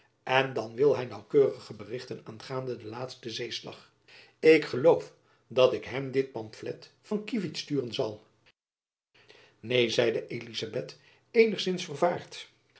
en dan wil hy naauwkeurige berichten aangaande den laatsten zeeslag ik geloof dat ik hem dit pamflet van kievit sturen zal neen zeide elizabeth eenigzins vervaard